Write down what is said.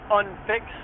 unfix